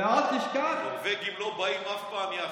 אל תשכח, לא, נורבגים לא באים אף פעם יחד,